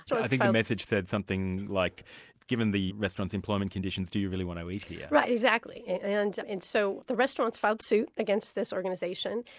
i think the message said, something like given the restaurant's employment conditions do you really want to eat here? right, exactly, and and so the restaurants filed suit against this organisation,